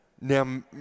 Now